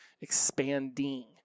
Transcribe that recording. expanding